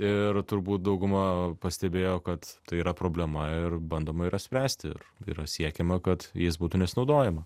ir turbūt dauguma pastebėjo kad tai yra problema ir bandoma yra spręsti ir yra siekiama kad jais būtų nesinaudojama